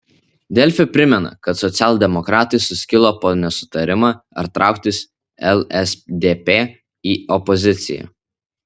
delfi primena kad socialdemokratai suskilo po nesutarimą ar trauktis lsdp į opoziciją